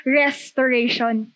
restoration